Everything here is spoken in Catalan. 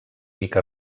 mica